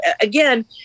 again